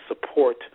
support